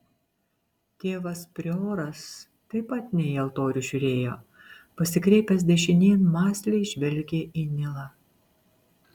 tėvas prioras taip pat ne į altorių žiūrėjo pasikreipęs dešinėn mąsliai žvelgė į nilą